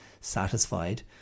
satisfied